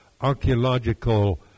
archaeological